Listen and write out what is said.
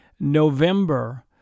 November